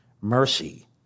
mercy